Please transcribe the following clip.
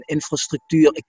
Infrastructuur